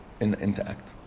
intact